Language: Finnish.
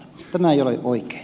tämä ei ole oikein